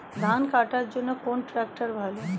ধান কাটার জন্য কোন ট্রাক্টর ভালো?